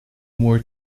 more